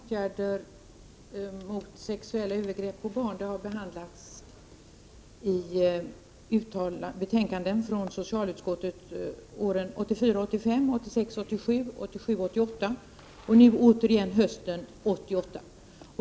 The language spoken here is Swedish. Herr talman! Frågan om åtgärder mot sexuella övergrepp på barn har behandlats i betänkanden från socialutskottet åren 1984 87, 1987/88 och nu återigen hösten 1988.